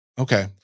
okay